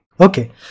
Okay